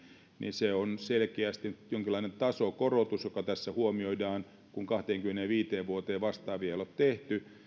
se on selkeästi jonkinlainen tasokorotus joka tässä huomioidaan kun kahteenkymmeneenviiteen vuoteen vastaavia ei ole tehty